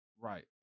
right